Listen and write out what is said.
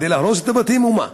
כדי להרוס את הבתים או מה?